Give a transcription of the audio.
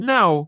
Now